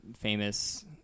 Famous